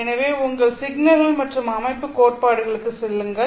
எனவே உங்கள் சிக்னல்கள் மற்றும் அமைப்பு கோட்பாடுகளுக்குச் செல்லுங்கள்